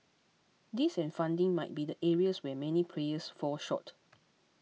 this and funding might be the areas where many players fall short